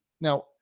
Now